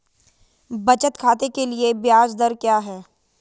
बचत खाते के लिए ब्याज दर क्या है?